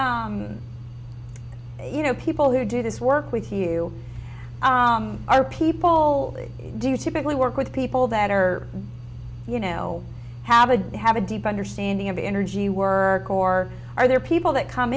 you know people there do this work with you are people do you typically work with people that are you know have a have a deep understanding of energy work or are there people that come